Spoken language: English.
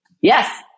Yes